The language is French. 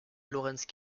lawrence